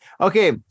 Okay